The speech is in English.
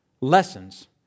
Lessons